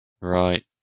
Right